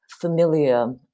familiar